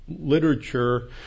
literature